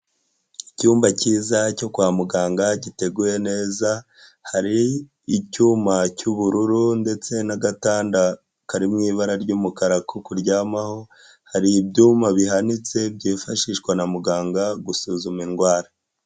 Icyumba cyiza cyo kwa muganga giteguye neza, hari icyuma cy'ubururu ndetse n'agatanda kari mu ibara ry'umukara ko kuryamaho, hari ibyuma bihanitse byifashishwa na muganga gusuzuma indwara.